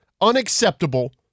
unacceptable